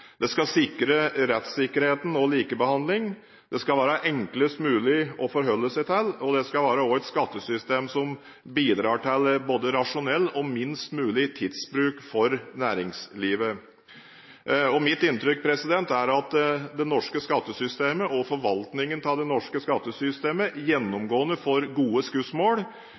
Det skal sikre rettssikkerhet og likebehandling, og det skal være enklest mulig å forholde seg til. Det skal også være et skattesystem som bidrar til både rasjonell og minst mulig tidsbruk for næringslivet. Mitt inntrykk er at det norske skattesystemet og forvaltningen av det norske skattesystemet gjennomgående får gode skussmål